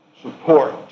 support